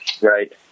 right